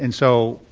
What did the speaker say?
and so,